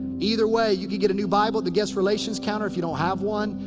either way, you can get a new bible at the guest relations counter if you don't have one.